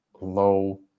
low